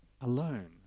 alone